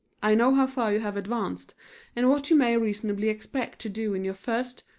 i know how far you have advanced and what you may reasonably expect to do in your first,